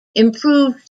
improved